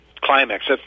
Climax